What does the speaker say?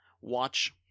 watch